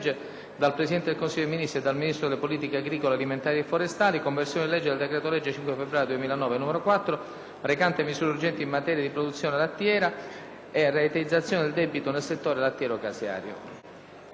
*dal Presidente del Consiglio dei ministri e dal Ministro delle politiche agricole alimentari e forestali*: "Conversione in legge del decreto‑legge 5 febbraio 2009, n. 4, recante misure urgenti in materia di produzione lattiera e rateizzazione del debito nel settore lattiero-caseario"